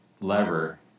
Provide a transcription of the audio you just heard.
lever